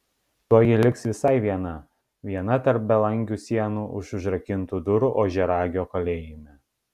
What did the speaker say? tuoj ji liks visai viena viena tarp belangių sienų už užrakintų durų ožiaragio kalėjime